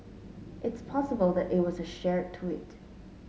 it's possible that it was a shared tweet